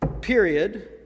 period